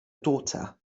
daughter